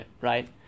right